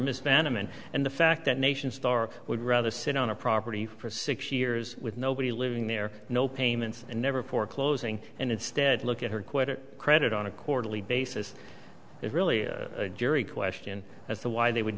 mismanagement and the fact that nation store would rather sit on a property for six years with nobody living there no payments and never foreclosing and instead look at her quarter credit on a quarterly basis it really jury question as to why they would